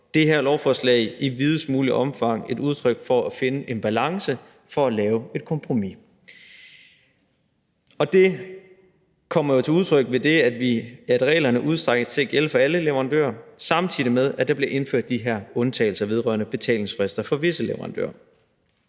det her lovforslag i videst muligt omfang et udtryk for at finde en balance og for at lave et kompromis. Det kommer jo til udtryk ved det, at reglerne udstrækkes til at gælde for alle leverandører, samtidig med at der bliver indført de her undtagelser vedrørende betalingsfrister for visse leverandører.